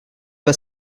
pas